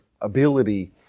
ability